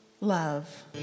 love